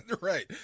right